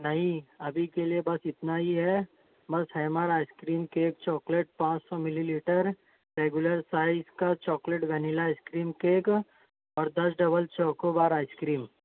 نہیں ابھی کے لئے بس اتنا ہی ہے بس ہیمر آئس کریم کیک چاکلیٹ پانچ سو ملی لیٹر ریگولر سائز کا chocolate vanilla ice cream cake اور دس ڈبل چوکو بار آئس کریم